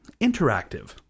interactive